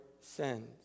sins